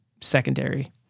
secondary